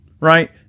Right